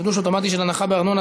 חידוש אוטומטי של הנחה בארנונה),